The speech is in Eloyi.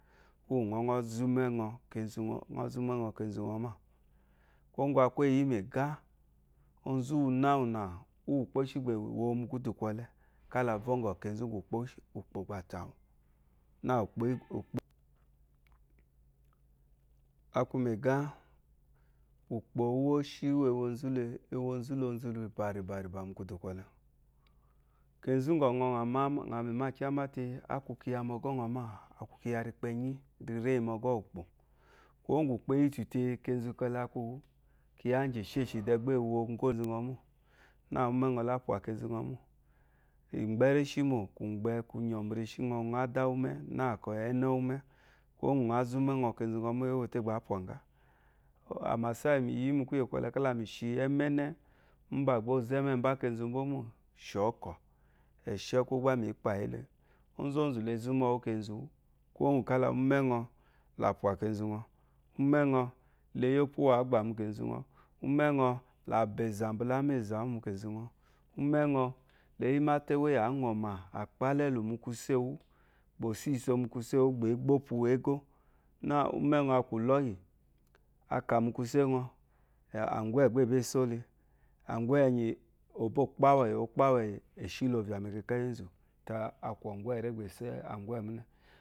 Kwuwó uŋɔ, ŋɔ́ zɔ́ úmɛ́ ŋɔ kenzu ŋɔ, ŋɔ́ zɔ́ úmɛ́ ŋɔ kenzu ŋɔ àwù. Kwuwó ŋgwù a kwu éyi yí, mɛ̀gáá, onzu úwunáwunà, úwù ùkpò shí gbà è wo wu mu kwúdù kwɔlɛ, káa la vɔ́ŋgɔ̀ kenzu úŋgà ùkpò gba a tà wu. a kwu mɛ̀gáá ùkpò úwóshí úwù e wo nzú le, e wo nzú lonzu should be, lunzu not lonzu rìbàrìbàrìbà, mu kwudù kwɔlɛ. Kenzu úŋgà uŋɔ ŋà má ŋà mimâ kyáá mátee, a kwu kyiya mɔgɔ́ ŋɔ mô àw, akwu kyiya rikpɛnyí riréyi mɔgɔ́ wù ùkpò. Kwuwó ŋgwù ùkpò e yítù tee, kenzu kɛlɛ a kwu kyiya íŋgyì èshêshì dɛɛ gbá e wo ŋgó mô, nâ úmɛ́ ŋɔ lá pwà kenzu ŋɔ mô, ìmgbɛ́ réshí mò, kwùmgbɛ kwu nyɔ̀ mu reshí ŋɔ, uŋɔ ádá úwù úwù úmɛ́ nâ kɔ ɛ́nɛ́ úwù úmɛ́. Kwuwó ŋgwù ŋá zɔ́ úmɛ́ ŋɔ kenzu ŋɔ mô, eé wo tê gbà ǎ pwá ŋgá? amàsa íyì mì yi yí mu kwuyè kwɔlɛ, kála mì shi ɛ́mɛ́nɛ́, úmbà gbà ɔ́ɔ zɔ́ ɛ́mɛ́ɛ mbá kenzu mbó mô, shɔ̌kɔ̀, ɛ̀shɛ́kwú gbá mǐ kpà yí le. Ónzónzù le zɔ́ úmɛ́ɛ wú kenzu wú, kwuwó ŋgwù kála úmɛ́ ŋɔ là pwà kenzu ŋɔ, úmɛ́ ŋɔ le yí ópwu úwù ǎ gbà mu kenzu ŋɔ, úmɛ́ ŋɔ la bà ɛ̀zà mbula ámɛ̂zà wú mu kenzu ŋɔ, úmɛ́ ŋɔ, la e yí máte éwó yì ǎ ŋɔ̀mà, à kpálà ɛ́lù mu kwusê wú, gbà ò só isso mu kwusé wú gbà ě gbà ópwu égó. Nâ úmɛ́ ŋɔ a kwu ùlɔ́yì, a kà mu kwusé ŋɔ ɛr àŋgwɛ̂ gbá è bée só le. Àŋgwɛ̂ ɛnyì ò bô kpá wu ɛ̀yì, o kpá wu ɛ̀yì è shí lovà mɛkɛkà íyì énzù, te, á kwu ɔ̀ŋgwɛ̂ ré gbà è sé só, sé àŋgwɛ̂ múnɛ.